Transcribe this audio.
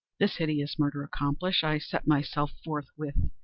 this hideous murder accomplished, i set myself forthwith,